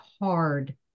hard